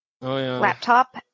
laptop